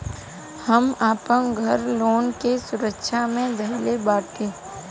हम आपन घर लोन के सुरक्षा मे धईले बाटी